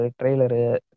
trailer